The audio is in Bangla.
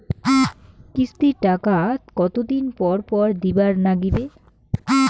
কিস্তির টাকা কতোদিন পর পর দিবার নাগিবে?